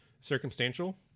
circumstantial